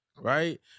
right